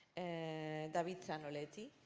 and david zanoletty.